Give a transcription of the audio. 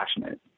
passionate